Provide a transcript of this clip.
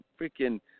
freaking